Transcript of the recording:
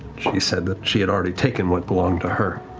she said that she had already taken what belonged to her,